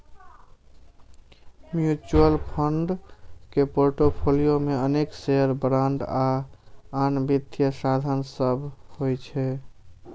mutual fund के portfolio मे अनेक शेयर, बांड आ आन वित्तीय साधन सभ होइ छै